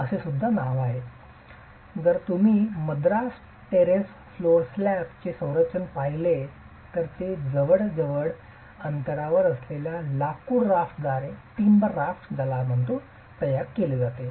तर जर तुम्ही मद्रास टेरेस फ्लोअर स्लॅब चे संरचना पाहिले तर ते जवळच्या अंतरावर असलेल्या लाकूड राफ्टर्सद्वारे तयार केले जाते